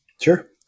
sure